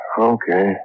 Okay